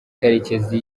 karekezi